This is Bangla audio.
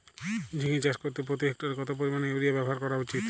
ঝিঙে চাষ করতে প্রতি হেক্টরে কত পরিমান ইউরিয়া ব্যবহার করা উচিৎ?